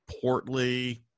portly